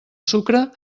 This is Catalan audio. sucre